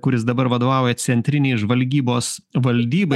kuris dabar vadovauja centrinei žvalgybos valdybai